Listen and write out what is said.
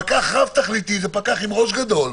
פקח רב תכליתי זה פקח עם ראש גדול,